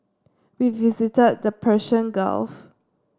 we visited the Persian Gulf